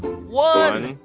one,